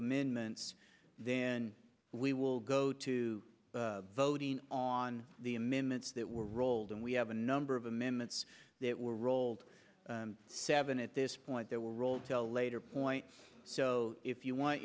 amendments then we will go to voting on the amendments that were rolled and we have a number of amendments that were rolled seven at this point that were rolled to a later point so if you want